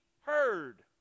heard